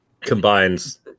combines